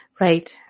Right